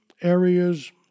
areas